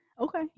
okay